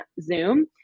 Zoom